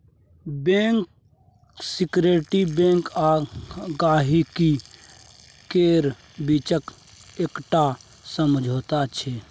bank secrecy bank आ गांहिकी केर बीचक एकटा समझौता छै